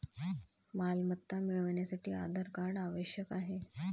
मालमत्ता मिळवण्यासाठी आधार कार्ड आवश्यक आहे